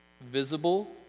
visible